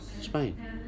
Spain